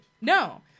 No